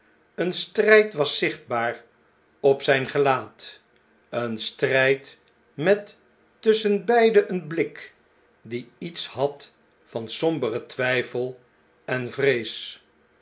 een strijd was zichtbaar op zijn gelaat een strijd met tusschenbeide een blik die iets had van somberen twijfel en vrees